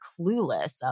clueless